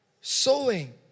sowing